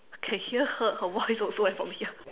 can hear her her voice also eh from here